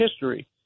history